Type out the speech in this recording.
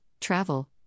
travel